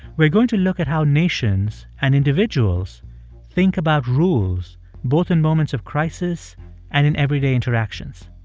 we're going to look at how nations and individuals think about rules both in moments of crisis and in everyday interactions.